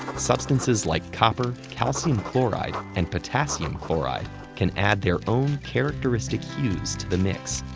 substances like copper, calcium chloride, and potassium chloride can add their own characteristic hues to the mix.